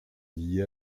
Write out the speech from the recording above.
liée